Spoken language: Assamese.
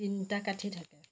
তিনিটা কাঠি থাকে